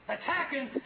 Attacking